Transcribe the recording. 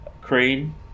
crane